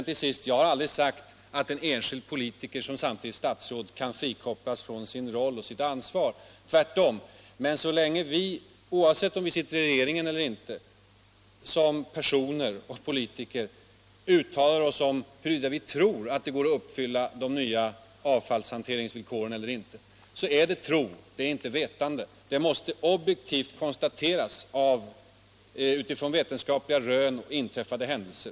Till sist: Jag har aldrig sagt att en enskild politiker som samtidigt är statsråd kan frikopplas från sin roll och sitt ansvar. Tvärtom! Men så länge vi — oavsett om vi sitter i regeringen eller inte — som personer och politiker uttalar oss om huruvida vi tror att det går att uppfylla de nya avfallshanteringsvillkoren eller inte är det tro, det är inte vetande. Om villkoren kan uppfyllas måste objektivt konstateras utifrån vetenskapliga rön och/eller inträffade händelser.